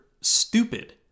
stupid